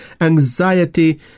anxiety